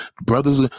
brothers